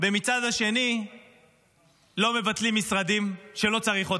ומהצד השני לא מבטלים משרדים שלא צריך?